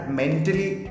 mentally